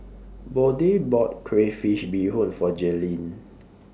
Bode bought Crayfish Beehoon For Jalyn